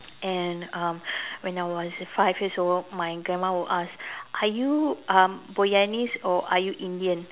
and um when I was five years old my grandma would ask are you um Boyanese or are you Indian